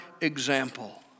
example